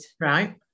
Right